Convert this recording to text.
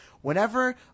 whenever